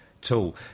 tool